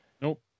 Nope